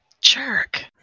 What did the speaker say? jerk